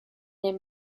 ein